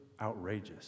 outrageous